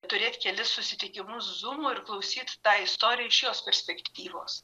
turėt kelis susitikimus zūmu ir klausyt tą istoriją iš jos perspektyvos